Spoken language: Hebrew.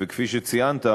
וכפי שציינת,